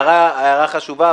הערה חשובה,